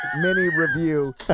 mini-review